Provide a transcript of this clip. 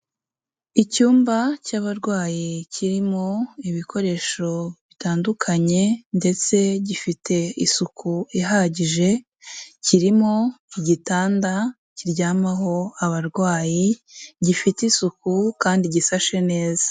Icyumba cy'abarwayi kirimo ibikoresho bitandukanye ndetse gifite isuku ihagije, kirimo igitanda kiryamaho abarwayi, gifite isuku kandi gishashe neza.